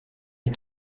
est